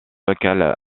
lequel